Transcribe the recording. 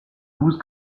douze